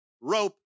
rope